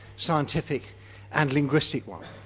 scientific and linguistic one.